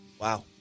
Wow